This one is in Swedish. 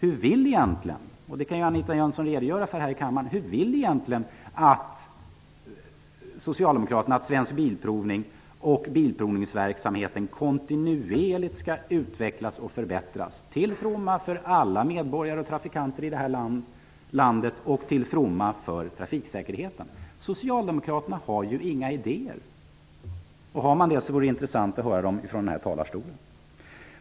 Anita Jönsson kan väl redovisa här i kammaren för hur Socialdemokraterna vill att Svensk Bilprovning och bilprovningsverksamheten kontinuerligt skall utvecklas och förbättras till fromma för alla medborgare och trafikanter här i landet och till fromma för trafiksäkerheten. Socialdemokraterna har ju inga idéer. Om ni har det, vore det intressant att få höra dessa här från talarstolen.